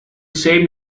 same